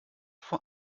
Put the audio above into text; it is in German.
vor